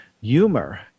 humor